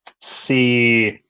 see